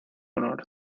honor